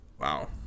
Wow